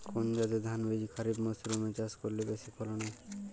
কোন জাতের ধানবীজ খরিপ মরসুম এ চাষ করলে বেশি ফলন হয়?